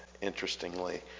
interestingly